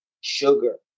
sugar